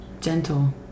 gentle